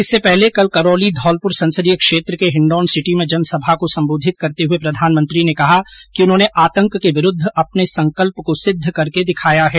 इससे पहले कल करौली धौलपुर संसदीय क्षेत्र के हिण्डौन सिटी में जनसभा को सम्बोधित करते हए प्रधानमंत्री ने कहा है कि उन्होंने आतंक के विरूद्व अपने संकल्प को सिद्ध करके दिखाया है